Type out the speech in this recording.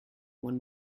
one